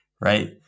right